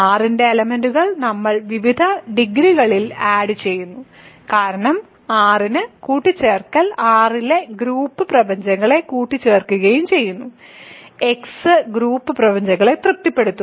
R ന്റെ എലെമെന്റുകൾ നമ്മൾ വിവിധ ഡിഗ്രികളിൽ ആഡ് ചെയ്യുന്നു കാരണം R ന്റെ കൂട്ടിച്ചേർക്കൽ R ലെ ഗ്രൂപ്പ് പ്രപഞ്ചങ്ങളെ കൂട്ടിച്ചേർക്കുകയും ചെയ്യുന്നു x ഗ്രൂപ്പ് പ്രപഞ്ചങ്ങളെ തൃപ്തിപ്പെടുത്തുന്നു